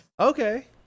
Okay